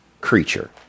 creature